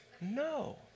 No